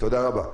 תודה רבה.